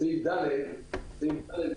לסעיף (ד)